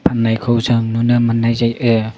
फाननायखौ जों नुनो मोननाय जायो